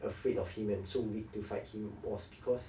afraid of him and so weak to fight him was because